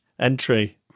entry